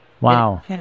Wow